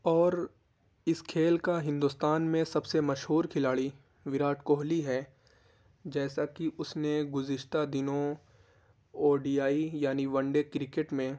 اور اس کھیل کا ہندوستان میں سب سے مشہور کھلاڑی وراٹ کوہلی ہے جیسا کہ اس نے گزشتہ دنوں او ڈی آئی یعنی ون ڈے کرکٹ میں